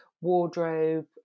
wardrobe